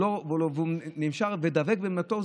והוא נשאר ודבק בעמדתו,